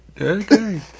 Okay